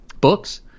books